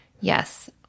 yes